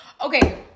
Okay